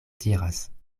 diras